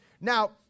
Now